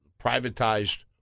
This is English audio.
privatized